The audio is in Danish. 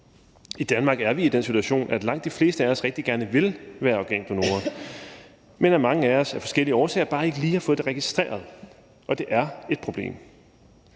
I Danmark er vi i den situation, at langt de fleste af os rigtig gerne vil være organdonorer, men mange af os har af forskellige årsager bare ikke lige fået det registreret. Det er et problem.